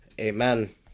Amen